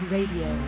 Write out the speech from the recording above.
Radio